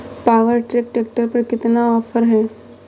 Power track tractor पर कितना offer है?